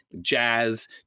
jazz